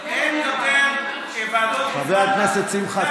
אין יותר ועדות בזמן חבר הכנסת שמחה,